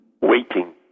Waiting